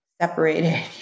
separated